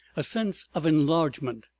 a sense of enlargement.